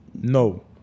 no